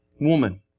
Woman